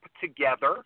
together